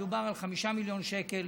מדובר על 5 מיליון שקל.